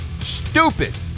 Stupid